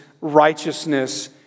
righteousness